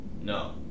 no